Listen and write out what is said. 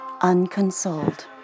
unconsoled